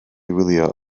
wylio